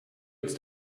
its